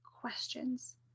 questions